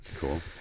cool